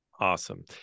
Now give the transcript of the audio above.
Awesome